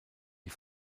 die